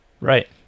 Right